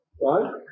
Right